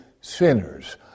sinners